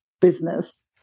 business